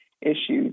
issues